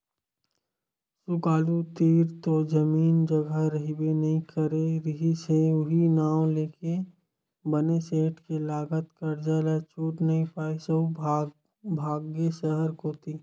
सुकालू तीर तो जमीन जघा रहिबे नइ करे रिहिस हे उहीं नांव लेके बने सेठ के लगत करजा ल छूट नइ पाइस अउ भगागे सहर कोती